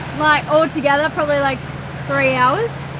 like all together, probably like three hours.